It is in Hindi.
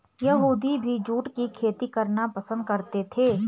यहूदी भी जूट की खेती करना पसंद करते थे